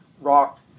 rock